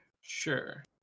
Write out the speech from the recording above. Sure